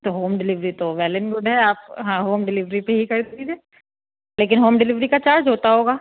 تو home delivery تو well and good ہے آپ ہاں ہوم ڈلیوری پہ ہی کر دیجیے لیکن ہوم ڈلیوری کا چارج ہوتا ہوگا